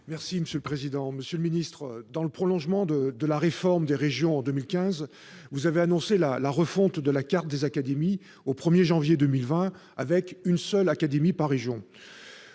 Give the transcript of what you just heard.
jeunesse. Monsieur le ministre, dans le prolongement de la réforme des régions en 2015, vous avez annoncé la refonte de la carte des académies au 1 janvier 2020, avec une seule académie par région.